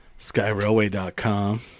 Skyrailway.com